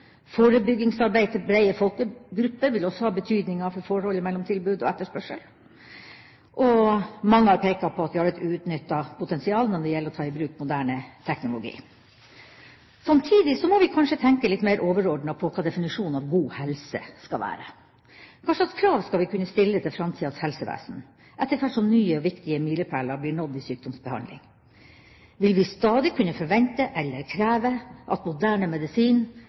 Forebyggingsarbeid i breie folkegrupper vil også ha betydning for forholdet mellom tilbud og etterspørsel, og mange har pekt på at vi har et uutnyttet potensial når det gjelder å ta i bruk moderne teknologi. Samtidig må vi kanskje tenke litt mer overordnet på hva definisjonen av «god helse» skal være. Hvilke krav skal vi kunne stille til framtidas helsevesen etter hvert som nye og viktige milepæler blir nådd i sykdomsbehandlingen? Vil vi stadig kunne forvente eller kreve at moderne medisin